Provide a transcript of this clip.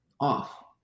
off